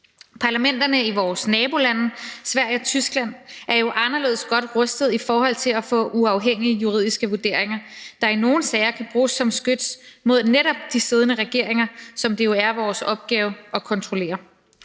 Parlamenterne i vores nabolande Sverige og Tyskland er jo anderledes godt rustede i forhold til at få uafhængige juridiske vurderinger, der i nogle sager kan bruges som skyts mod netop de siddende regeringer, som det jo er vores opgave at kontrollere.